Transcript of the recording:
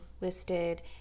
listed